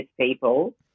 people